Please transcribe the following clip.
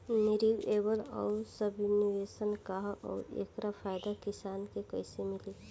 Renewable आउर subvention का ह आउर एकर फायदा किसान के कइसे मिली?